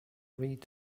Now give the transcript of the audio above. read